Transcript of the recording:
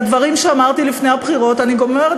את הדברים שאמרתי לפני הבחירות אני גם אומרת